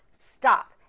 stop